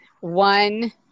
one